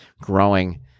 growing